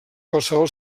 qualsevol